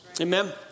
Amen